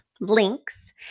links